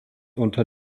unter